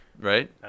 right